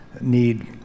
need